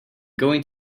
going